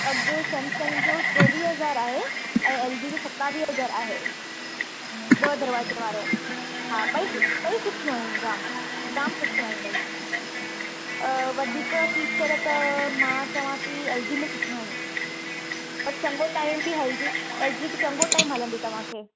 अघु सेमसंग जो चोवींह हज़ार आहे ऐं एल जी जो सतावीह हज़ार आहे ॿ दरवाजे वारो हा ॿई ॿई सुठियूं आहिनि जाम जाम सुठियूं आहिनि ॿई वधीक फ़ीचर त मां चवां थी एल जी में सुठा आहिनि पर चङो टाइम थी हलजी एल जी चङो टाइम हलंदी तव्हांखे